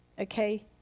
Okay